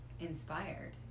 Inspired